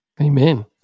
amen